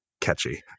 catchy